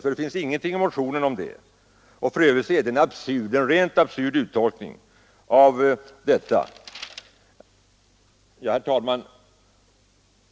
I motionen finns ingenting som talar för det; det är rent absurd uttolkning. Herr talman!